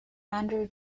andrew